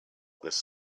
this